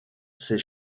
ces